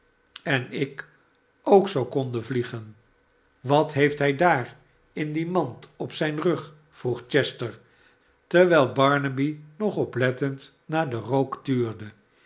en ik ook zoo konden vliegen wat heeft hij daar in die mand op zijn rug vroeg chester terwijl barnaby nog oplettend naar den rook tuurde